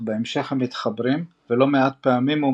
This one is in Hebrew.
אך בהמשך הם מתחברים ולא מעט פעמים הוא